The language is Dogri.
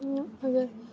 इ'यां अगर